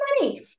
money